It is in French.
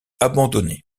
abandonnées